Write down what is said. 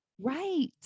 Right